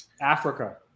Africa